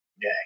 day